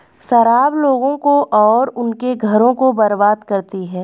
शराब लोगों को और उनके घरों को बर्बाद करती है